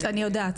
אני יודעת.